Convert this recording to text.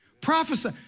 Prophesy